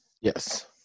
yes